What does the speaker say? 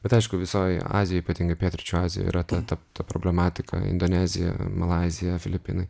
bet aišku visoj azijoj ypatingai pietryčių azijoj yra ta ta ta problematika indonezija malaizija filipinai